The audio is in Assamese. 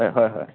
হয় হয় হয়